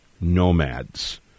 nomads